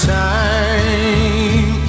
time